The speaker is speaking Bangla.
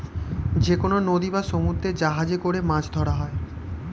যেকনো নদী বা সমুদ্রে জাহাজে করে মাছ ধরা হয়